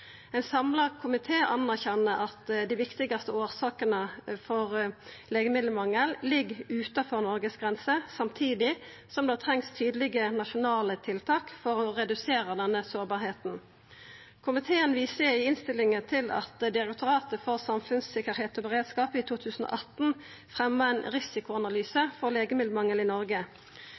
Ein samla komité anerkjenner at dei viktigaste årsakene til legemiddelmangel ligg utanfor Noregs grense, samtidig som det trengst tydelege nasjonale tiltak for å redusera denne sårbarheita. Komiteen viser i innstillinga til at Direktoratet for samfunnstryggleik og beredskap i 2018 fremja ein risikoanalyse for legemiddelmangel i Noreg.